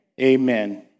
Amen